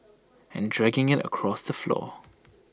and dragging IT across the floor